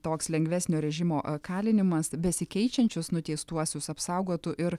toks lengvesnio režimo kalinimas besikeičiančius nuteistuosius apsaugotų ir